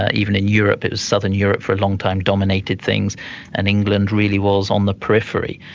ah even in europe, it was southern europe for a long time dominated things and england really was on the periphery.